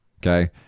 okay